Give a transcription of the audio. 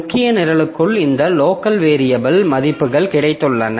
முக்கிய நிரலுக்குள் இந்த லோக்கல் வேரியபில் மதிப்புகள் கிடைத்துள்ளன